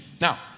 Now